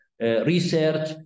research